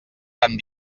tan